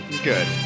good